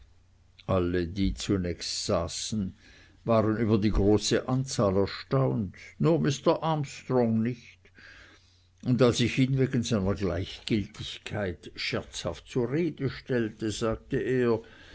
alle die zunächst saßen waren über die große zahl erstaunt nur mister armstrong nicht und als ich ihn wegen seiner gleichgiltigkeit scherzhaft zur rede stellte sagte er